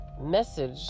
message